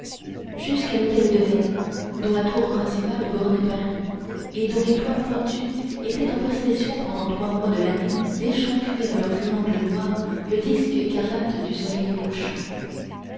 jusqu'à l'hôtel de nesle dont la tour principale bornait paris et dont les toits pointus étaient en possession pendant trois mois de l'année d'échancrer de leurs triangles noirs le disque écarlate du soleil couchant